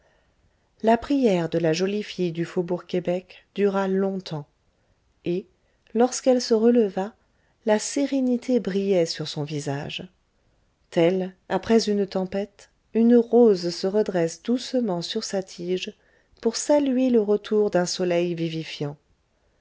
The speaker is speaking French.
la prière de la jolie fille du faubourg québec dura longtemps et lorsqu'elle se releva la sérénité brillait sur son visage telle après une tempête une rose se redresse doucement sur sa tige pour saluer le retour d'un soleil vivifiant